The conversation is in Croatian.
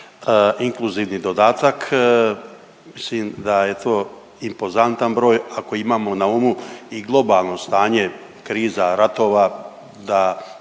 inkluzivni dodatak, mislim da je to impozantan broj ako imamo na umu i globalno stanje kriza, ratova da